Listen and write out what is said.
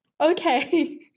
okay